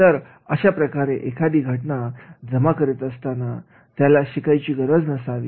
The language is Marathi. तर अशा प्रकारे एखादी घटना जमा करत असताना त्याला शिकवायची गरज नसावी